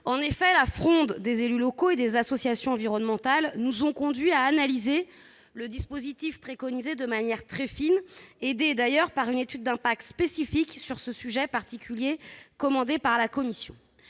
En effet, la fronde des élus locaux et des associations environnementales nous a conduits à analyser le dispositif préconisé de manière très fine, aidés par une étude d'impact spécifique sur ce sujet particulier commandé par la commission.